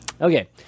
Okay